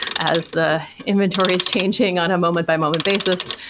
as the inventory is changing on a moment-by moment basis,